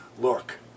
Look